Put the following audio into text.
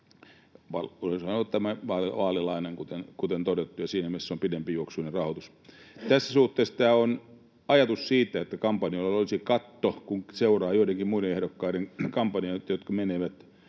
tämän vaalilainan, kuten todettu, ja siinä mielessä se on pidempijuoksuinen rahoitus. Tässä suhteessa — kun seuraa joidenkin muiden ehdokkaiden kampanjoita, jotka menevät